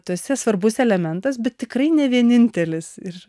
tu esi svarbus elementas bet tikrai ne vienintelis ir